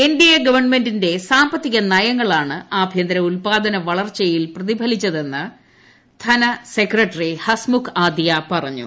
NDA ഗവൺമെന്റിന്റെ സാമ്പത്തിക നയങ്ങളാണ് ആഭ്യന്തര ഉല്പാദന വളർച്ചയിൽ പ്രതിഫലിച്ചതെന്ന് ധനകാര്യ സെക്രട്ടറി ഹസ്മുഖ് ആദ്യ പറഞ്ഞു